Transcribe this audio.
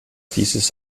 dieses